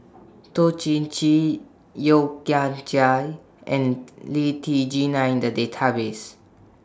Toh Chin Chye Yeo Kian Chai and Lee Tjin Are in The Database